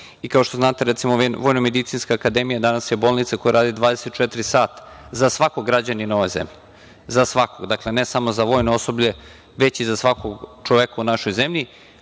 i kao što znate, recimo VMA danas je bolnica koja radi 24 časa za svakog građanina ove zemlje, za svakog. Dakle, ne samo za vojno osoblje, već i za svakog čoveka u našoj zemlji.